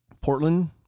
Portland